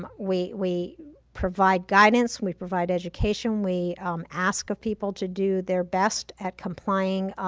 um we we provide guidance, we provide education, we ask of people to do their best at complying.